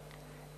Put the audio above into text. תודה, אדוני השר.